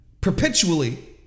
perpetually